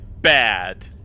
bad